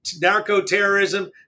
narco-terrorism